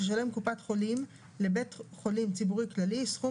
תשלם קופת חולים לבית חולים ציבורי כללי סכום